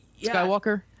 Skywalker